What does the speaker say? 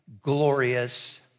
glorious